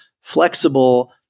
flexible